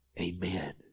amen